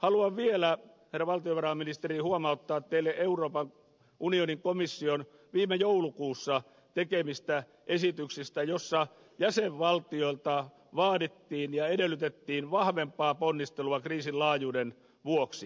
haluan vielä herra valtiovarainministeri huomauttaa teille euroopan unionin komission viime joulukuussa tekemistä esityksistä joissa jäsenvaltioilta vaadittiin ja edellytettiin vahvempaa ponnistelua kriisin laajuuden vuoksi